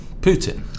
Putin